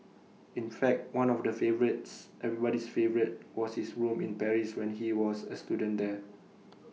in fact one of the favourites everybody's favourite was his room in Paris when he was A student there